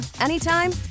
anytime